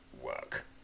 work